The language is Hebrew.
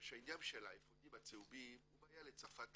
בגלל שהעניין של האפודים הצהובים היא בעיה של צרפת כמובן,